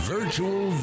Virtual